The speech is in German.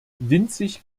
winzig